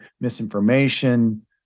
misinformation